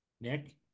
Nick